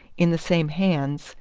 in the same hands,